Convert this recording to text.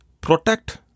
protect